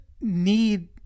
need